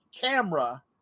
camera